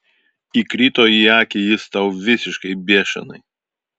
įkrito į akį jis tau visiškai biešanai